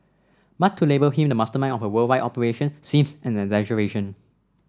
but to label him the mastermind of a worldwide operation seems an exaggeration